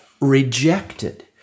rejected